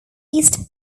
east